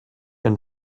and